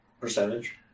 percentage